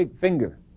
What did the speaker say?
finger